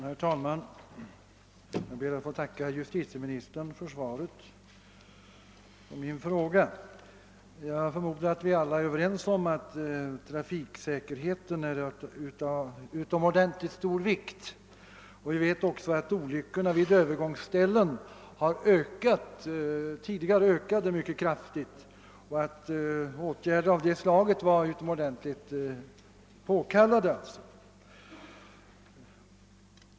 Herr talman! Jag ber att få tacka justitieministern för svaret på min fråga. Jag förmodar att alla är överens om att trafiksäkerheten är av utomordentligt stor vikt. Vi vet också att trafikolyckorna vid övergångsställena tidigare ökade mycket kraftigt och att åtgärder av detta slag därför var utomordentligt väl påkallade.